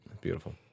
Beautiful